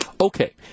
Okay